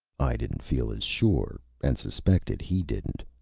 i didn't feel as sure, and suspected he didn't.